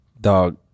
Dog